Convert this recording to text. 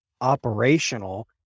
operational